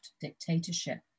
dictatorship